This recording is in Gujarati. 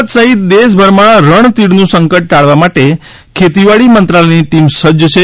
ગુજરાત સહિત દેશભરમાં રણતીડનું સંકટ ટાળવા માટે ખેતીવાડી મંત્રાલયની ટીમ સજ્જ છે